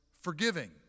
forgiving